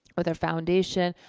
with our foundation.